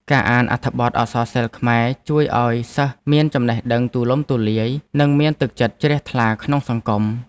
ការអានអត្ថបទអក្សរសិល្ប៍ខ្មែរជួយឱ្យសិស្សមានចំណេះដឹងទូលំទូលាយនិងមានទឹកចិត្តជ្រះថ្លាក្នុងសង្គម។